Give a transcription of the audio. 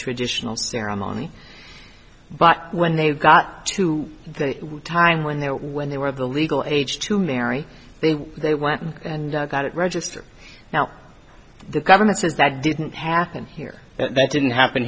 traditional ceremony but when they got to the time when they when they were of the legal age to marry they went and got it registered now the government says that didn't happen here and that didn't happen